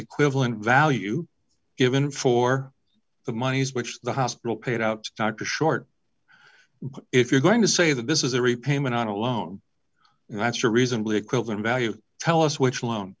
equivalent value given for the monies which the hospital paid out not to short but if you're going to say that this is a repayment on a loan that's a reasonably equivalent value tell us which loan